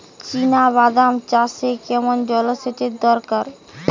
চিনাবাদাম চাষে কেমন জলসেচের দরকার?